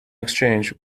exchange